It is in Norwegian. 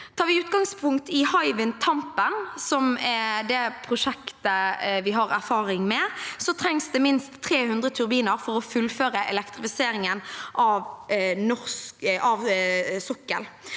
Tar vi utgangspunkt i Hywind Tampen, som er det prosjektet vi har erfaring med, trengs det minst 300 turbiner for å fullføre elektrifiseringen av sokkelen,